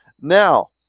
now